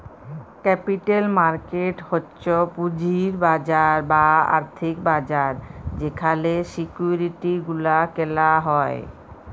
capital market হচ্ছ পুঁজির বাজার বা আর্থিক বাজার যেখালে সিকিউরিটি গুলা কেলা হ্যয়